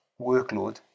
workload